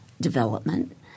development